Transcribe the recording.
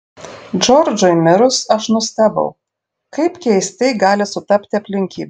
džordžui mirus aš nustebau kaip keistai gali sutapti aplinkybės